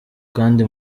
kandi